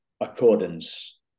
accordance